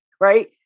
right